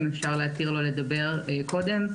האם אפשר להתיר לו לדבר קודם?